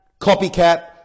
copycat